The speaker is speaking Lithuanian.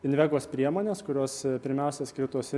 invegos priemones kurios pirmiausia skirtos